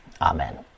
Amen